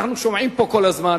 שאנחנו שומעים פה כל הזמן,